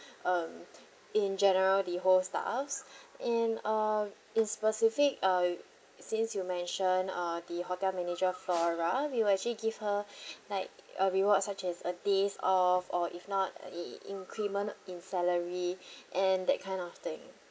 um in general the whole staffs in uh is specific uh since you mentioned uh the hotel manager flora we will actually give her like a reward such as a days off or if not in~ increment in salary and that kind of thing